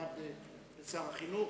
מועמד לשר החינוך.